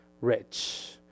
rich